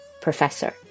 professor